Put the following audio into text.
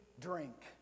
drink